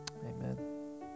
Amen